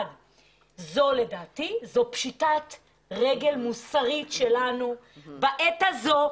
לדעתי זו פשיטת רגל מוסרית בעת הזו.